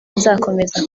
nzakomeza